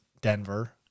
Denver